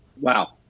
Wow